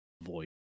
avoid